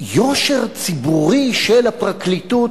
יושר ציבורי של הפרקליטות,